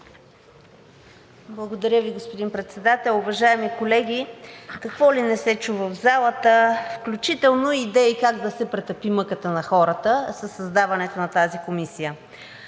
Благодаря Ви, господин Председател. Уважаеми колеги, какво ли не се чу в залата, включително идеи как да се притъпи мъката на хората със създаването на тази комисия.